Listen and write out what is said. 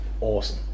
awesome